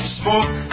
smoke